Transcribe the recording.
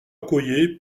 accoyer